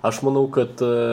aš manau kad